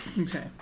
Okay